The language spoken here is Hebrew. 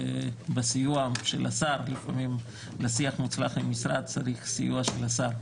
ובסיוע של השר לפעמים לשיח מוצלח עם משרד צריך סיוע של השר,